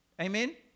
Amen